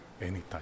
anytime